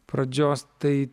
pradžios tai